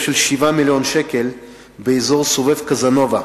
של 7 מיליוני שקל באזור סובב קזנובה,